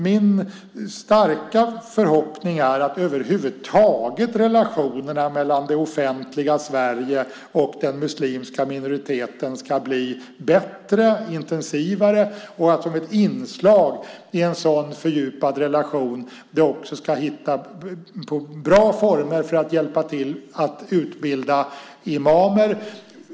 Min starka förhoppning är att över huvud taget relationerna mellan det offentliga Sverige och den muslimska minoriteten ska bli bättre och intensivare och att vi som ett inslag i en sådan fördjupad relation ska hitta bra former för att hjälpa till att utbilda imamer.